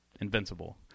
invincible